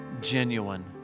genuine